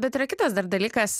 bet yra kitas ar dalykas